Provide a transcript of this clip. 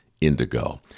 indigo